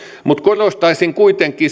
mutta korostaisin kuitenkin